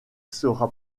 sera